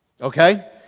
Okay